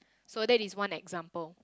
so that is one example